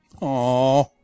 Aw